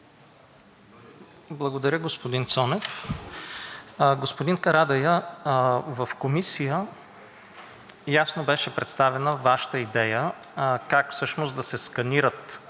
Благодаря, господин Цонев. Господин Карадайъ, в Комисията ясно беше представена Вашата идея как всъщност да се сканират